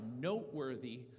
noteworthy